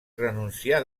renuncià